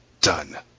done